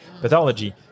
pathology